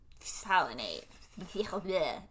pollinate